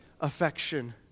affection